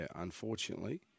unfortunately